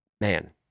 man